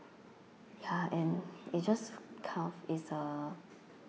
ya and it's just kind of is a